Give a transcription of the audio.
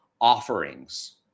offerings